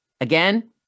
Again